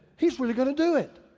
he's really gonna do it.